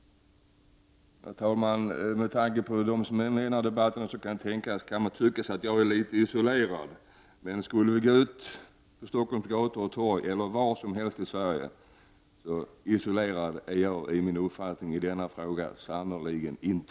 Herr talman! Jämförd med alla andra som deltar i debatten kan det tyckas att jag är litet isolerad. Men om vi går ut på Stockholms gator och torg, eller var som helst i Sverige, finner vi att så isolerad i min uppfattning i denna fråga är jag sannerligen inte!